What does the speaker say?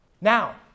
Now